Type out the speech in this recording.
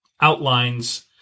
outlines